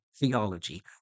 theology